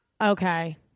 okay